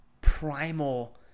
primal